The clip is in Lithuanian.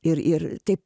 ir ir taip